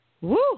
Woo